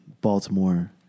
Baltimore